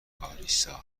گارسیا